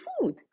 food